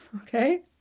okay